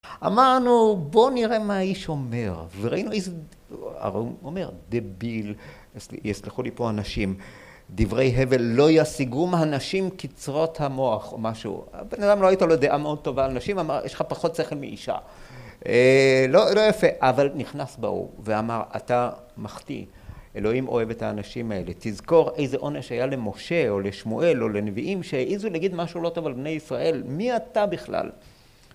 אמרנו - בוא נראה מה האיש אומר. וראינו איזה דביל, יסלחו לי פה הנשים, "דברי הבל לא יסיגום הנשים קצרות המוח" או משהו. הבן אדם, לא הייתה לו דעה מאוד טובה על נשים. אמר "יש לך פחות שכל מאישה". לא, לא יפה. אבל נכנס ברור ואמר - אתה מחטיא. אלוהים אוהב את האנשים האלה, תזכור איזה עונש היה למשה או לשמואל או לנביאים שהעיזו להגיד משהו לא טוב על בני ישראל. מי אתה בכלל?